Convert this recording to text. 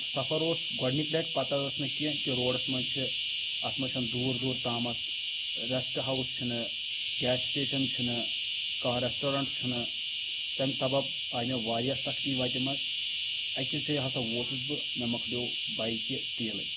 سفر اوس گۄڈنیکۍ لٹہِ پتہ ٲس نہٕ کینٛہہ کہِ روڈس منٛز چھِ اتھ منٛز چھنہٕ دور دور تامتھ ریٚسٹ ہاوُس چھِنہٕ گیس سِٹیشن چھِنہٕ کانٛہہ ریسٹورنٹ چھُنہٕ تمہِ سبب آیہِ مےٚ واریاہ سختی وتہِ منٛز أکِس جایہِ ہسا ووتُس بہٕ مےٚ مۄکلیٚو بیکہِ تیٖلٕے